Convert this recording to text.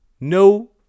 No